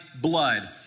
blood